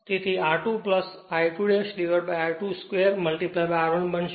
તેથી તે R2 I2 I2 2 R1 બનશે